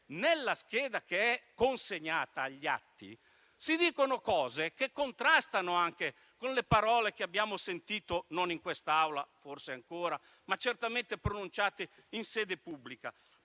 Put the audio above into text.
nella scheda, che è consegnata agli atti, si dicono cose che contrastano anche con le parole che non abbiamo sentito in quest'Aula - forse non ancora - ma certamente in sede pubblica.